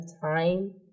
time